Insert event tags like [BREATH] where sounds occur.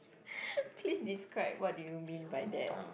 [BREATH] please describe what do you mean by that